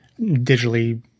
digitally